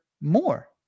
more